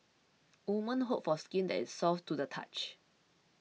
women hope for skin that is soft to the touch